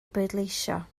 bleidleisio